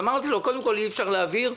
אמרתי לו שאי אפשר להעביר,